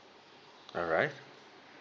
alright